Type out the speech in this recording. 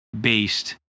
based